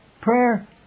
Prayer